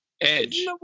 edge